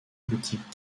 boutique